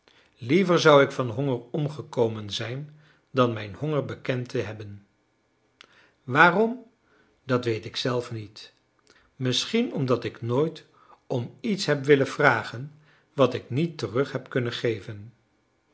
liever zou ik van honger omgekomen zijn dan mijn honger bekend te hebben waarom dat weet ik zelf niet misschien omdat ik nooit om iets heb willen vragen wat ik niet terug heb kunnen geven